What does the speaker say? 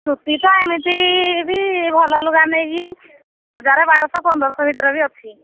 ସୂତି ତ ଏମିତି ବି ଭଲ ଲୁଗା ନେଇକି ହଜାରେ ବାର ଶହ ପନ୍ଦର ଶହ ଭିତରେ ବି ଅଛି